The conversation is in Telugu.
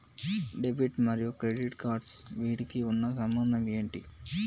డెబిట్ మరియు క్రెడిట్ కార్డ్స్ వీటికి ఉన్న సంబంధం ఏంటి?